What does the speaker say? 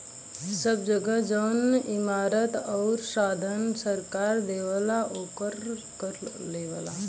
सब जगह जौन इमारत आउर साधन सरकार देवला ओकर कर लेवला